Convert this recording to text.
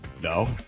No